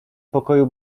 pokoju